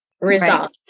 resolve